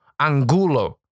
Angulo